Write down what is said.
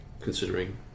considering